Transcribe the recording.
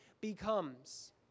becomes